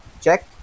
check